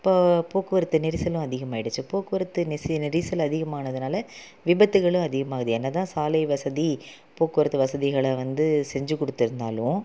இப்போ போக்குவரத்து நெரிசலும் அதிகமாயிடுச்சு போக்குவரத்து நெசி நெரிசல் அதிகமானதுனால் விபத்துகளும் அதிகமாகுது என்ன தான் சாலை வசதி போக்குவரத்து வசதிகளை வந்து செஞ்சிக்கொடுத்துருந்தாலும்